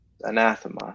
anathema